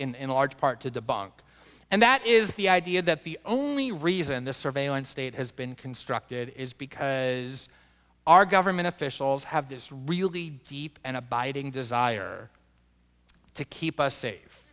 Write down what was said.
in large part to debunk and that is the idea that the only reason this surveillance state has been constructed is because our government officials have this really deep and abiding desire to keep us safe